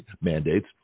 mandates